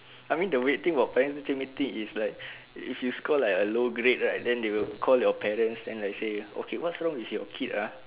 I mean the weird thing about parent teacher meeting is like if you score like a low grade right then they will call your parents then like say okay what's wrong with your kid !huh!